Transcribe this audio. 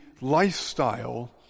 lifestyle